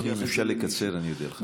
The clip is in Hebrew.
אדוני, אם אפשר לקצר, אני אודה לך.